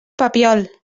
papiol